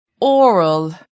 oral